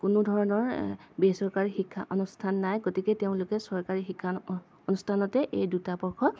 কোনো ধৰণৰ বেচৰকাৰী শিক্ষা অনুষ্ঠান নাই গতিকে তেওঁলোকে চৰকাৰী শিক্ষা অনুষ্ঠানতেই এই দুটা পক্ষ